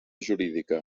jurídica